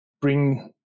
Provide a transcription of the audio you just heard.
bring